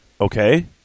Okay